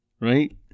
Right